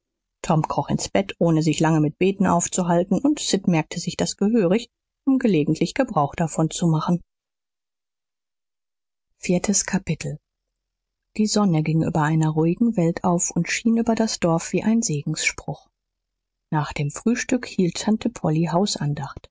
tom kroch ins bett ohne sich lange mit beten aufzuhalten und sid merkte sich das gehörig um gelegentlich gebrauch davon zu machen viertes kapitel die sonne ging über einer ruhigen welt auf und schien über das dorf wie ein segensspruch nach dem frühstück hielt tante polly